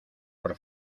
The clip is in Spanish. por